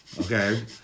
okay